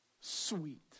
Sweet